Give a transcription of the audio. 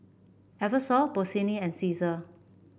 Eversoft Bossini and Cesar